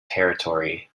territory